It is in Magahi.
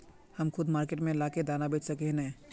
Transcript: हम खुद मार्केट में ला के दाना बेच सके है नय?